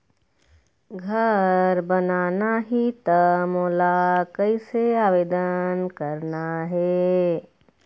घर बनाना ही त मोला कैसे आवेदन करना हे?